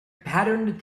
patterned